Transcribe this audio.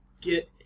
get